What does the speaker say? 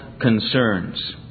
concerns